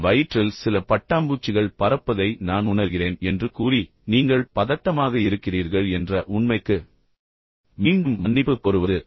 என் வயிற்றில் சில பட்டாம்பூச்சிகள் பறப்பதை நான் உணர்கிறேன் என்று கூறி நீங்கள் பதட்டமாக இருக்கிறீர்கள் என்ற உண்மைக்கு மீண்டும் மன்னிப்பு கோருவது